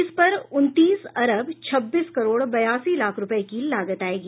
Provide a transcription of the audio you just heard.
इस पर उनतीस अरब छब्बीस करोड़ बयालीस लाख रुपये की लागत आयेगी